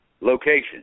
location